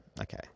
Okay